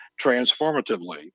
transformatively